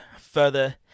further